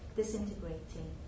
disintegrating